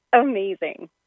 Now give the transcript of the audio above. Amazing